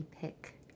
pick